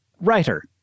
writer